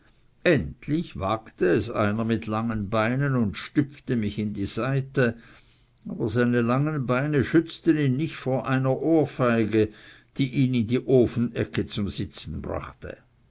endlich wagte es einer mit langen beinen und stüpfte mich in die seite aber seine langen beine schützten ihn nicht vor einer ohrfeige die ihn in die ofenecke zum sitzen brachte